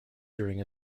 during